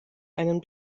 einen